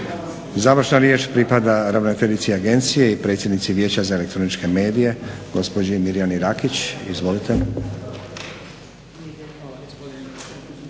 Završna riječ pripada ravnateljici Agencije i predsjednici Vijeća za elektroničke medije gospođi Mirjani Rakić. Izvolite.